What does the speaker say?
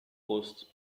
hosts